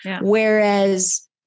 Whereas